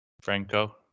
Franco